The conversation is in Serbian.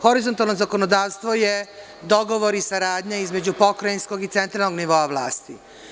Horizontalno zakonodavstvo je dogovor i saradnja između pokrajinskog i centralnog nivoa vlasti.